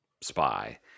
spy